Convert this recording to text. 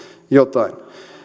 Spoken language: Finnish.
jotain